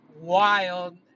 wild